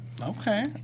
Okay